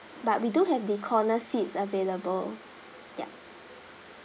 but we do have the corner seats available yup